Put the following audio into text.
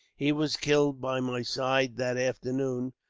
he was killed by my side, that afternoon.